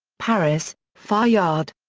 paris fayard.